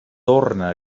torna